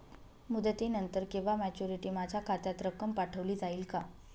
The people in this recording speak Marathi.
मुदतीनंतर किंवा मॅच्युरिटी माझ्या खात्यात रक्कम पाठवली जाईल का?